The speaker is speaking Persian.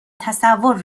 تصور